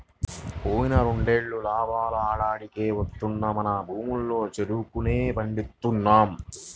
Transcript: పోయిన రెండేళ్ళు లాభాలు ఆడాడికే వత్తన్నా మన భూముల్లో చెరుకునే పండిస్తున్నాం